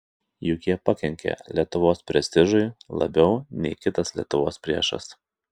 juk jie pakenkė lietuvos prestižui labiau nei kitas lietuvos priešas